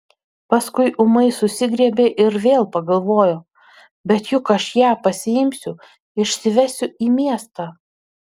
paskui ūmai susigriebė ir vėl pagalvojo bet juk aš ją pasiimsiu išsivesiu į miestą